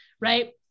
right